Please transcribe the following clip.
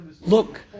Look